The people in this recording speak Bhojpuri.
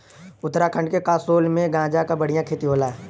उत्तराखंड के कसोल में गांजा क बढ़िया खेती होला